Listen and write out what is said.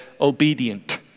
obedient